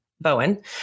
Bowen